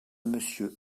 monsieur